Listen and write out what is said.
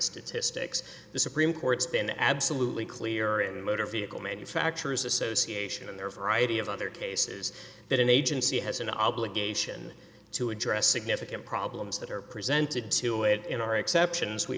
statistics the supreme court's been absolutely clear in the motor vehicle manufacturers association and their variety of other cases that an agency has an obligation to address significant problems that are presented to it in our exceptions we